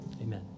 Amen